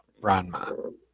ranma